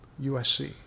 USC